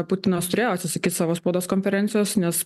putinas turėjo atsisakyt savo spaudos konferencijos nes